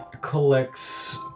collects